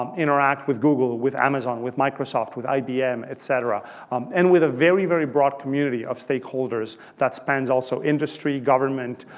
um interact with google, with amazon, with microsoft, with ibm, et cetera and with a very, very broad community of stakeholders that spans also industry, government,